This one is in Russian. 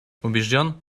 убежден